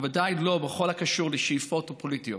בוודאי לא בכל הקשור לשאיפות פוליטיות.